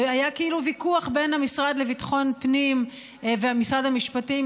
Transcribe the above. היה כאילו ויכוח בין המשרד לביטחון פנים למשרד המשפטים.